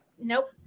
Nope